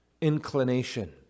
inclination